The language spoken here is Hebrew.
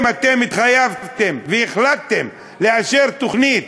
אם אתם התחייבתם והחלטתם לאשר תוכנית